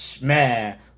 Man